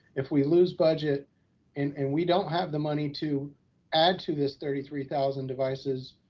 if we lose budget and and we don't have the money to add to this thirty three thousand devices,